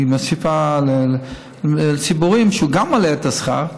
היא מוסיפה לציבוריים, שגם הם מעלים את השכר.